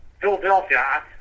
Philadelphia